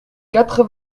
quatre